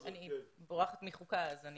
אני רוצה לומר, אדוני היושב ראש, שאני